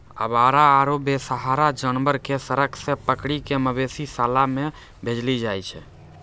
आवारा आरो बेसहारा जानवर कॅ सड़क सॅ पकड़ी कॅ मवेशी शाला मॅ भेजलो जाय छै